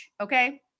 Okay